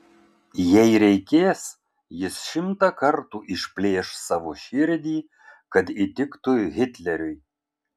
jei reikės jis šimtą kartų išplėš savo širdį kad įtiktų hitleriui